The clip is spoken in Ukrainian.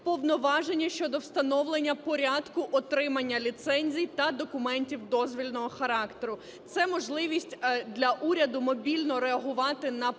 повноваження щодо встановлення порядку отримання ліцензій та документів дозвільного характеру. Це можливість для уряду мобільно реагувати на проблеми,